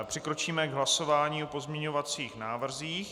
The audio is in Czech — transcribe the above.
Přikročíme k hlasování o pozměňovacích návrzích.